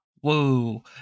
Whoa